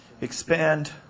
Expand